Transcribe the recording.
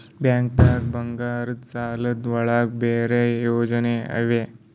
ಬ್ಯಾಂಕ್ದಾಗ ಬಂಗಾರದ್ ಸಾಲದ್ ಒಳಗ್ ಬೇರೆ ಯೋಜನೆ ಇವೆ?